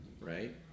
right